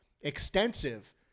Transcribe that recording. extensive